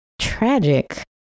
tragic